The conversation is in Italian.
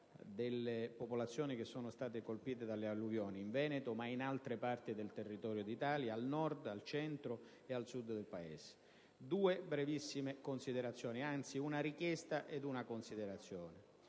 alle popolazioni colpite dalle alluvioni in Veneto, ma anche in altre parti del territorio d'Italia, al Nord, al Centro ed al Sud del Paese. Vorrei fare brevissime considerazioni; anzi, una richiesta e una considerazione.